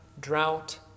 drought